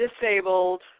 disabled